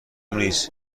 نیست